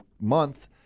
month